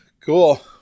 Cool